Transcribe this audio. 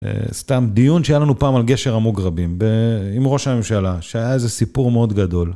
סתם דיון שהיה לנו פעם על גשר המוגרבים, עם ראש הממשלה, שהיה איזה סיפור מאוד גדול.